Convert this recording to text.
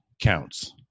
counts